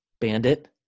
bandit